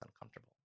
uncomfortable